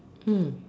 mm